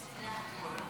דקות.